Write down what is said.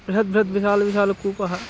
बृहद् बृहद् विशालः विशालकूपः